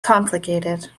complicated